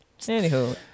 Anywho